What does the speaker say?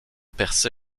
percé